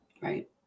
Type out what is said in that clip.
right